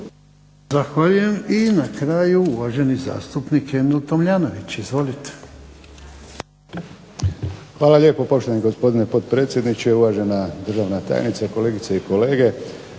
Zahvaljujem. I na kraju uvaženi zastupnik Emil Tomljanović. Izvolite. **Tomljanović, Emil (HDZ)** Hvala lijepo poštovani gospodine potpredsjedniče, uvažena tajnice, kolegice i kolege.